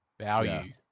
value